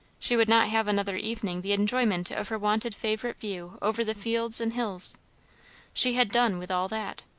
she would not have another evening the enjoyment of her wonted favourite view over the fields and hills she had done with all that.